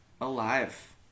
Alive